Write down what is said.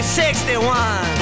61